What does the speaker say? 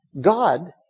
God